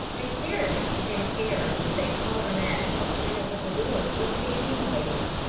a carriage and pair with a coronet on the panels of the door was standing waiting.